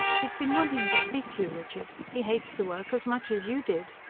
he's been wanting to speak to you, richard. he hates the work as much as you did.